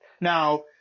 Now